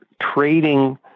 trading